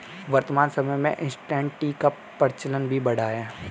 वर्तमान समय में इंसटैंट टी का प्रचलन भी बढ़ा है